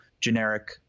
generic